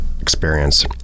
experience